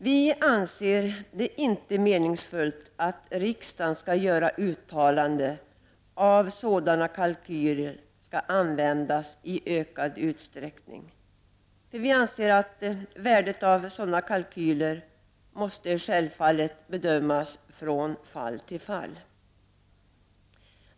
Vi anser det inte meningsfullt att riksdagen skall göra uttalanden om att sådana kalkyler skall användas i ökad utsträckning. Värdet av sådana kalkyler måste självfallet bedömas från fall till fall.